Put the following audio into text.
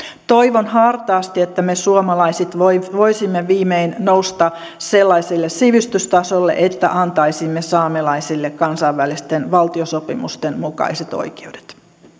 toivon hartaasti että me suomalaiset voisimme viimein nousta sellaiselle sivistystasolle että antaisimme saamelaisille kansainvälisten valtiosopimusten mukaiset oikeudet